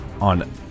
On